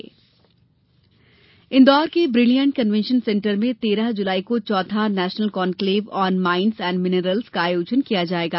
national conclave Indore के Brilliant Convention Centre में तेरह जुलाई को चौथा national conclave on mines and minerals का आयोजन किया जायेगा